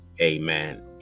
Amen